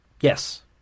Yes